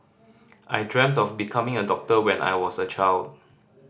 I dreamt of becoming a doctor when I was a child